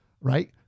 right